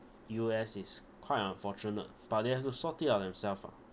U_S is quite unfortunate but they have to sort it out themself ah